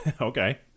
Okay